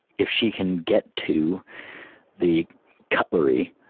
if she can get to the cutlery,